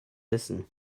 listen